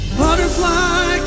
butterfly